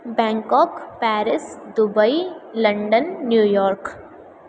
Bangkok Paris Dubai London New York